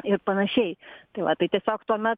ir panašiai tai va tai tiesiog tuomet